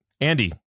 Andy